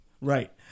Right